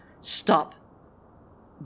stop